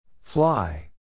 Fly